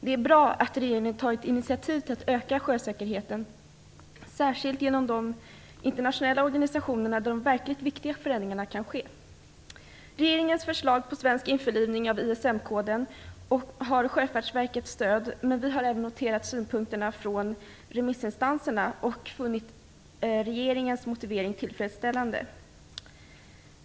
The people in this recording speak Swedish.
Det är bra att regeringen har tagit initiativ till att öka sjösäkerheten, särskilt genom de internationella organisationerna där de verkligt viktiga förändringarna kan ske. Regeringens förslag till svensk införlivning av ISM-koden har Sjöfartsverkets stöd. Vi har även noterat de synpunkter som kommit från remissinstanserna, och funnit regeringens motivering tillfredsställande.